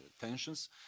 tensions